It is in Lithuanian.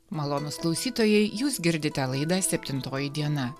malonūs klausytojai jūs girdite laidą septintoji diena